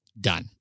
done